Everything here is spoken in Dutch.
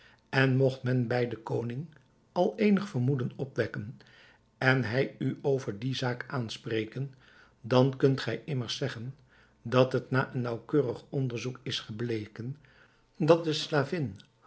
en mogt men bij den koning al eenig vermoeden opwekken en hij u over die zaak aanspreken dan kunt gij immers zeggen dat het na een naauwkeurig onderzoek is gebleken dat de slavin